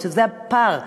שזה הפער לגבי,